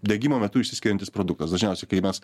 degimo metu išsiskiriantis produktas dažniausiai kai mes